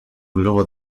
globo